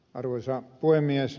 arvoisa puhemies